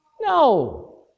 No